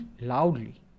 loudly